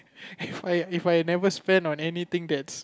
If I If I never spend on any thing that's